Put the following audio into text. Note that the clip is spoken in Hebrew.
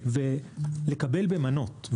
ולקבל במנות.